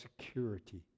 security